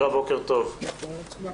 בוקר טוב לכולם.